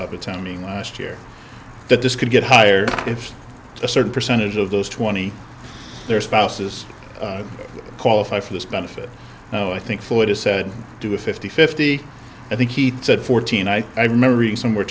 me last year that this could get hired if a certain percentage of those twenty their spouses qualify for this benefit oh i think florida said do a fifty fifty i think he said fourteen i remember reading somewhere